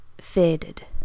faded